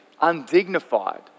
undignified